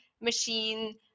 machine